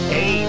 Hey